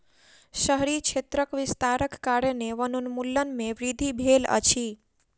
शहरी क्षेत्रक विस्तारक कारणेँ वनोन्मूलन में वृद्धि भेल अछि